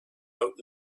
out